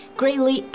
greatly